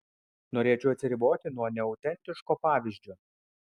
norėčiau atsiriboti nuo neautentiško pavyzdžio